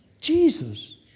Jesus